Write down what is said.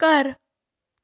ਘਰ